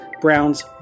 browns